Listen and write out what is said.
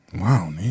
Wow